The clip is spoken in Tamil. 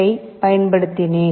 h பயன்படுத்தினேன்